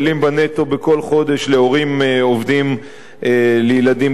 בכל חודש להורים עובדים לילדים קטנים.